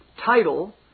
title